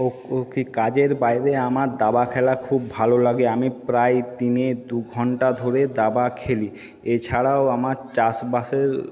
কাজের বাইরে আমার দাবা খেলা খুব ভালো লাগে আমি প্রায় দিনে দুঘন্টা ধরে দাবা খেলি এছাড়াও আমার চাষবাসের